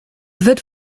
wird